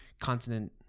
continent